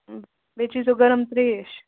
بییہِ چیٚیہِ زٮ۪و گَرم تریٚش